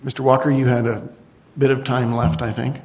mr walker you had a bit of time left i think